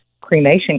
cremation